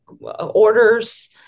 orders